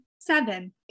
Seven